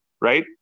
right